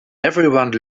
everyone